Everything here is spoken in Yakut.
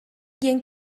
диэн